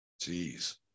Jeez